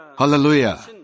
Hallelujah